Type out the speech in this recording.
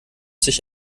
sich